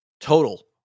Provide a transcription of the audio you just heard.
total